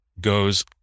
goes